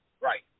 Right